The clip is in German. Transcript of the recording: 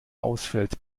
ausfällt